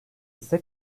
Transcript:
ise